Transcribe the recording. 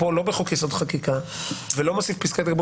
בגלל בטלות, בגלל פסק דין.